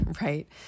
right